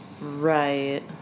Right